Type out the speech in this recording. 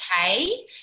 okay